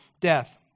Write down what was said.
death